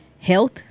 health